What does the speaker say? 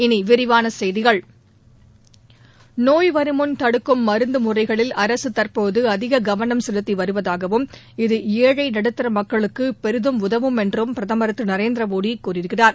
இனி விரிவான செய்திகள் நோய் வருமுன் தடுக்கும் மருத்து முறைகளில் அரசு தற்போது அதிக கவனம் செலுத்தி வருவதாகவும் இது ஏழழ நடுத்தர மக்களுக்கு பெரிதும் உதவும் என்றம் பிரதமர் திரு நரேந்திர மோடி கூறியிருக்கிறார்